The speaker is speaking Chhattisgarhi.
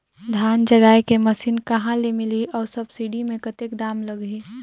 धान जगाय के मशीन कहा ले मिलही अउ सब्सिडी मे कतेक दाम लगही?